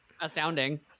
astounding